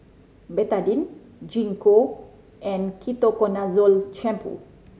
Betadine Gingko and Ketoconazole Shampoo